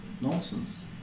nonsense